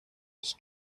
ich